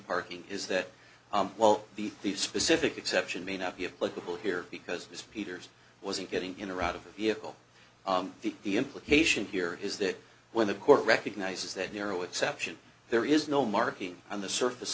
parking is that while the the specific exception may not be of political here because it's peter's wasn't getting in or out of the vehicle the implication here is that when the court recognizes that narrow exception there is no marking on the surface